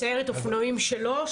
סיירת אופנועים שלו?